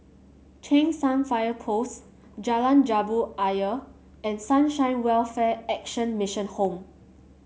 Cheng San Fire Post Jalan Jambu Ayer and Sunshine Welfare Action Mission Home